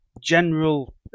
general